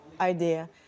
idea